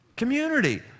Community